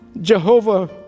Jehovah